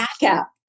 backup